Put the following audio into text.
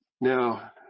Now